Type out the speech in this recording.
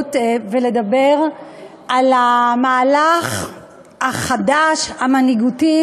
ההזדמנות ולדבר על המהלך המנהיגותי